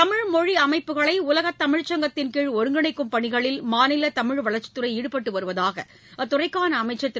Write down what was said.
தமிழ் மொழி அமைப்புகளை உலகத் தமிழ்ச் சங்கத்தின்கீழ் ஒருங்கிணைக்கும் பணிகளில் மாநில தமிழ் வளர்ச்சித் துறை ஈடுபட்டு வருவதாக அத்துறைக்கான அமைச்சர் திரு